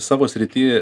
savo srity